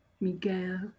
Miguel